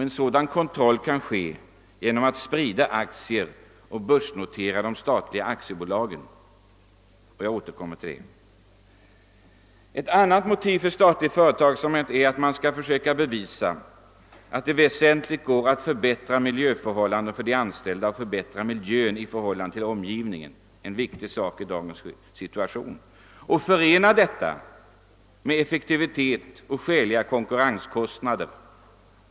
En sådan kontroll kan åstadkommas genom aktiespridning och börsnotering av de statliga aktiebolagen. Jag skall återkomma härtill. Ett motiv för statlig företagsamhet är att man vill försöka bevisa att det går att väsentligt förbättra miljön för de anställda och för omgivningen — en viktig fråga i dagens situation — samt förena detta med effektivitet och skäliga konkurrenskostnader.